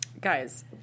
Guys